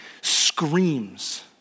screams